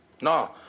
No